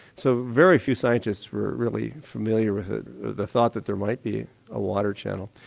so very few scientists were really familiar with the thought that there might be a water channel.